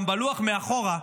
גם בלוח מאחורה,